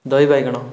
ଦହି ବାଇଗଣ